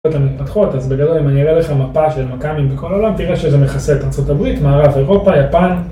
אז בגדול אם אני אראה לך מפה של מכ״מים בכל עולם, תראה שזה מכסה את ארה״ב, מערב, אירופה, יפן.